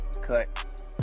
cut